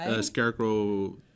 Scarecrow